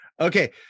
okay